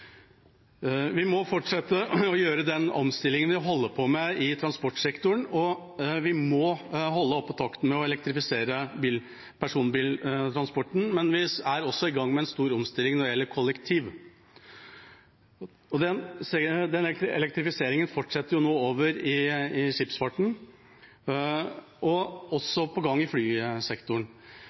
transportsektoren, vi må holde oppe takten med å elektrifisere personbiltransporten, men vi er også i gang med en stor omstilling når det gjelder kollektivtransport. Elektrifiseringen fortsetter nå over i skipsfarten og er også på gang i flysektoren.